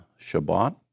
Shabbat